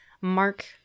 Mark